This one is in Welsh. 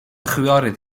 chwiorydd